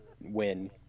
win